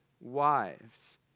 wives